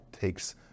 takes